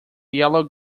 yellow